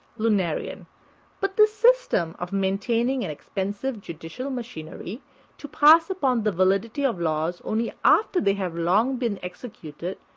lunarian but this system of maintaining an expensive judicial machinery to pass upon the validity of laws only after they have long been executed,